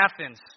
Athens